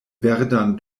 verdan